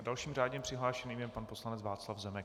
Dalším řádně přihlášeným je pan poslanec Václav Zemek.